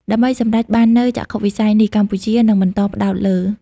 ដើម្បីសម្រេចបាននូវចក្ខុវិស័យនេះ កម្ពុជានឹងបន្តផ្តោតលើ៖